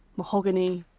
mahogany,